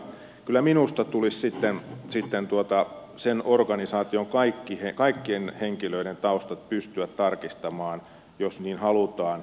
kyllä minusta tulisi organisaation kaikkien henkilöiden taustat pystyä tarkistamaan jos niin halutaan